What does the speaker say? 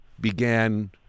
began